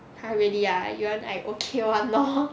!huh! really ah you want I okay [one] lor